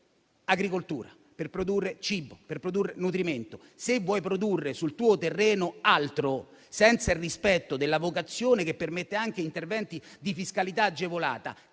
per produrre cibo, per produrre nutrimento. Se vuoi produrre sul tuo terreno altro, senza il rispetto della vocazione che permette anche interventi di fiscalità agevolata,